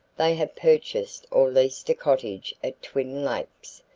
they have purchased or leased a cottage at twin lakes,